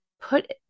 put